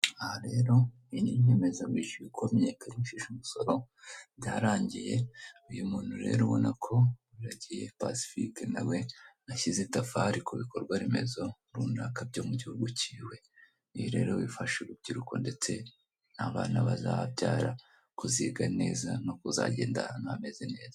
Aha rero, iyi ni inyemaza bwishyu y'uko wamenyekanishije umusoro, byarangiye uyu muntu rero ubona ko UWIRAGIYE Pacifique, nawe nashyize itafari ku bikobwa remezo runaka byo mu gihugu kiwe, ibi rero bifasha urubyiruko ndetse n'abana bazabyara kuziga neza no kuzagenda ahantu hameze neza.